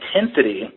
intensity